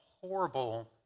horrible